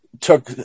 took